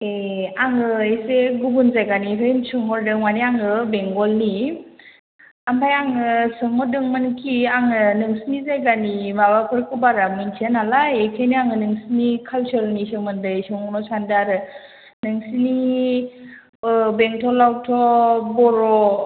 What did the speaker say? ए आङो एसे गुबुन जायगानिफ्राय सोंहरदों माने आङो बेंगलनि ओमफ्राय आङो सोंहरदोंमोनखि आङो नोंसोरनि जायगानि माबाफोरखौ बारा मिनथिया नालाय बेनिखायनो आङो नोंसोरनि काल्सारनि सोमोन्दै सोंहरनो सानदों आरो नोंसोरनि बेंटलावथ' बर'